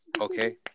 okay